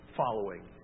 following